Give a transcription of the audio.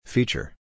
Feature